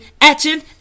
action